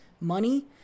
money